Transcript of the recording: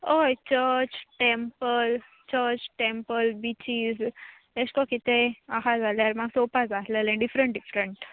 ओय church temple church temple बिचीस एशे को कितेंय आहा जाल्यार म्हाका चोवपा जाय आसलेलें डिफरंट डिफरंट